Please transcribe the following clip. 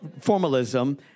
formalism